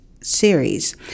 series